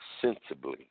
sensibly